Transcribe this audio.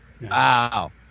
Wow